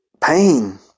pain